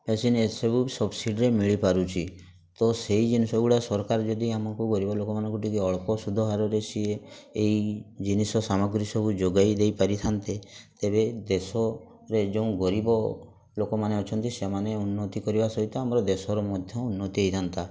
ଫେସିନ୍ ଏସବୁ ସବସିଡ଼ରେ ମିଳିପାରୁଛି ତ ସେଇ ଜିନିଷଗୁଡ଼ା ସରକାର ଯଦି ଆମକୁ ଗରିବ ଲୋକମାନଙ୍କୁ ଟିକେ ଅଳ୍ପ ସୁଧହାରରେ ସିଏ ଏଇ ଜିନିଷ ସାମଗ୍ରୀ ସବୁ ଯୋଗାଇ ଦେଇପାରିଥାନ୍ତେ ତେବେ ଦେଶରେ ଯେଉଁ ଗରିବ ଲୋକମାନେ ଅଛନ୍ତି ସେମାନେ ଉନ୍ନତି କରିବା ସହିତ ଆମର ଦେଶର ମଧ୍ୟ ଉନ୍ନତି ହେଇଥାନ୍ତା